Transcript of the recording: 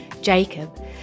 Jacob